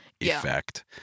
effect